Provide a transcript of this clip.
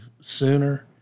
sooner